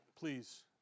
please